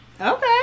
Okay